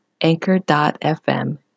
anchor.fm